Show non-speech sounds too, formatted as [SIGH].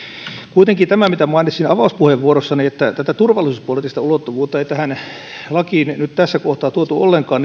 kuitenkin tämä mitä mainitsin avauspuheenvuorossani että tätä turvallisuuspoliittista ulottuvuutta ei tähän lakiin nyt tässä kohtaa tuotu ollenkaan [UNINTELLIGIBLE]